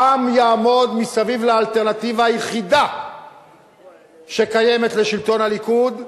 העם יעמוד מסביב לאלטרנטיבה היחידה שקיימת לשלטון הליכוד,